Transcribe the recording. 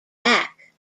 back